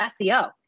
SEO